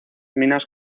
minas